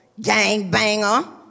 Gangbanger